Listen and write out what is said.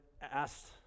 asked